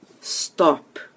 Stop